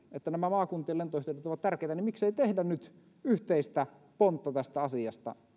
että nämä maakuntien lentoyhteydet ovat tärkeitä niin miksei tehdä nyt yhteistä pontta tästä asiasta